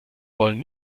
wollen